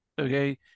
okay